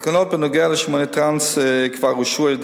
התקנות בנוגע לשומני טראנס כבר אושרו